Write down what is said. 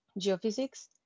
geophysics